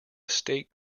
estate